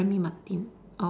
Remy Martin